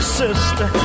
sister